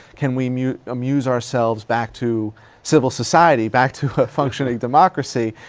can we mute amuse ourselves back to civil society? back to a functioning democracy?